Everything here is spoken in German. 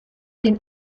den